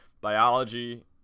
biology